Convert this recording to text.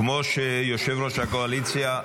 כמו יושב-ראש הקואליציה,